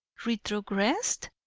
retrogressed!